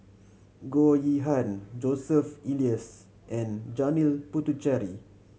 Goh Yihan Joseph Elias and Janil Puthucheary